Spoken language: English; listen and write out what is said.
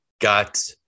got